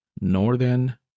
northern